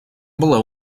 below